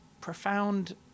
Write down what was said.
profound